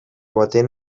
baten